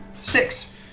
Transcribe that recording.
Six